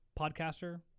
Podcaster